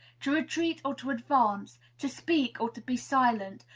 to retreat or to advance, to speak or to be silent,